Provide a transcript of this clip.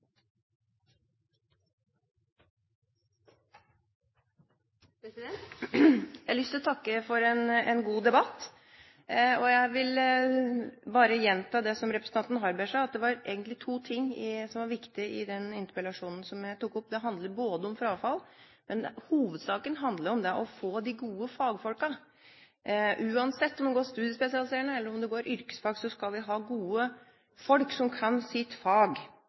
Jeg har lyst til å takke for en god debatt. Jeg vil bare gjenta det representanten Harberg sa, at det var egentlig to ting som var viktig i den interpellasjonen som jeg tok opp: Den handler om frafall, men hovedsakelig handler det om å få de gode fagfolkene. Uansett om en tar studiespesialiserende fag eller yrkesfag, skal vi ha gode folk som kan sitt fag.